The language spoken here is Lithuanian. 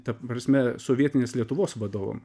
ta prasme sovietinės lietuvos vadovam